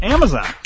Amazon